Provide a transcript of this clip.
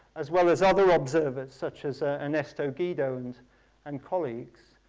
as well as other observers such as ernesto guido and and colleagues.